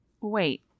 Wait